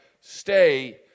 stay